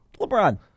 LeBron